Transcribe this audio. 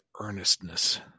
earnestness